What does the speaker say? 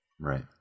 Right